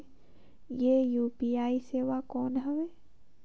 ये यू.पी.आई सेवा कौन हवे?